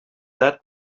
that